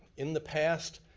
in the past,